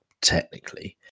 technically